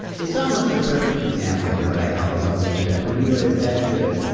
it's almost a perfect example of what i call the moses trap, when you are that good,